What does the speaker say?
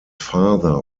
father